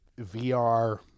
VR